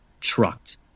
trucked